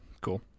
cool